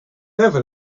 never